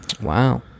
Wow